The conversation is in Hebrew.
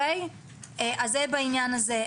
אז זה בעניין הזה.